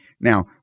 now